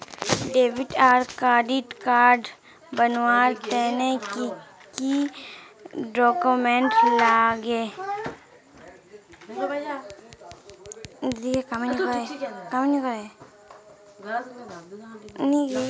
Debit आर credit card बनवार तने की की डॉक्यूमेंट लागे?